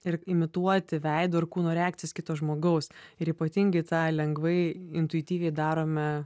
ir imituoti veido ir kūno reakcijas kito žmogaus ir ypatingai tą lengvai intuityviai darome